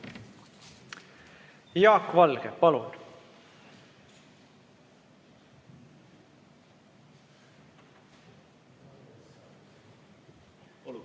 Jaak Valge, palun!